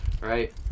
right